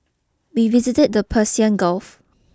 we visited the Persian Gulf